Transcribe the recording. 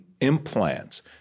implants